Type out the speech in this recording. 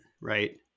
right